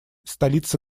столица